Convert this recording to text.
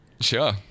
sure